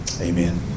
Amen